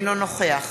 אינו נוכח